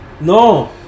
No